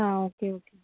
आं okay okay